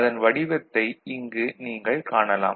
அதன் வடிவத்தை இங்கு நீங்கள் காணலாம்